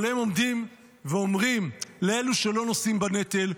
אבל הם עומדים ואומרים לאלו שלא נושאים בנטל: